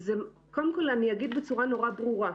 אני אגיד בצורה מאוד ברורה,